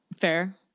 fair